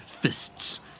fists